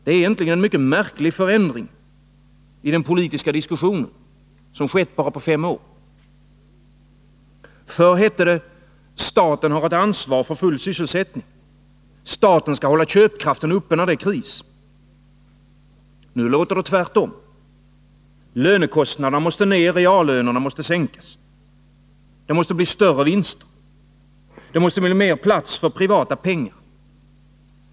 Det är egentligen en mycket märklig förändring i den politiska diskussionen som skett på bara fem år. Förr hette det: Staten har ett ansvar för full sysselsättning. Staten skall hålla köpkraften uppe när det är kris. Nu låter det tvärtom: Lönekostnaderna måste ner, reallönerna måste sänkas. Det måste bli större vinster. Det måste bli mer plats för privata pengar.